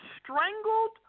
strangled